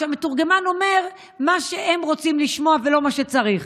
והמתורגמן אומר מה שהם רוצים לשמוע ולא את מה שצריך.